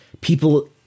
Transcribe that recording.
people